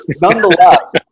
Nonetheless